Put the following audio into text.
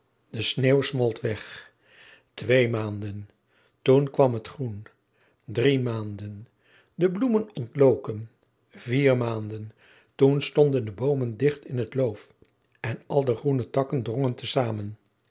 de sneeuw smolt weg twee maanden toen kwam het groen drie maanden de bloemen ontloken en vier maanden toen stonden de boomen dicht in het loof en al de groene takken drongen te zamen